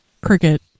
cricket